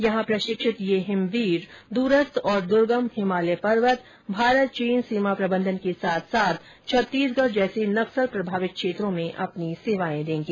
यहां प्रशिक्षित ये हिमवीर दूरस्थ और दुर्गम हिमालय पर्वत भारत चीन सीमा प्रबंधन के साथ साथ छत्तीसगढ़ जैसे नक्सल प्रभावित क्षेत्रों में अपनी सेवाए देंगे